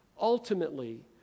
Ultimately